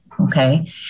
Okay